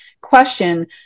question